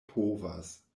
povas